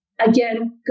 Again